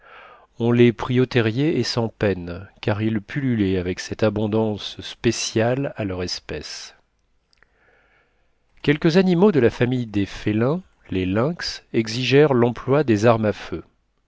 on les prit au terrier et sans peine car ils pullulaient avec cette abondance spéciale à leur espèce quelques animaux de la famille des félins les lynx exigèrent l'emploi des armes à feu